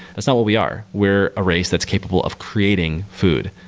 that's not what we are. we're a race that's capable of creating food.